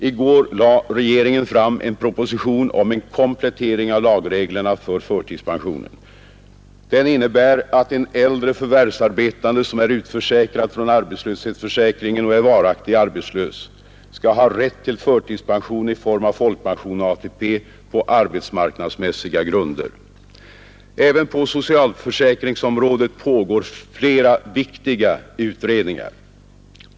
I går lade regeringen fram en proposition om en komplettering av lagreglerna för förtidspensionen. Den innebär att en äldre förvärvsarbetande som är utförsäkrad från arbetslöshetsförsäkringen och är varaktigt arbetslös skall ha rätt till förtidspension i form av folkpension och ATP på arbetsmarknadsmässiga grunder. Även på socialförsäkringsområdet pågår flera viktiga utredningar.